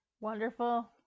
wonderful